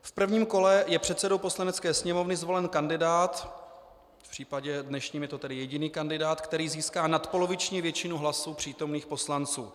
V prvním kole je předsedou Poslanecké sněmovny zvolen kandidát, v případě dnešním je to tedy jediný kandidát, který získá nadpoloviční většinu hlasů přítomných poslanců.